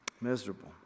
Miserable